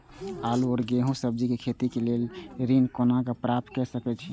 आलू और गेहूं और सब्जी के खेती के लेल ऋण कोना प्राप्त कय सकेत छी?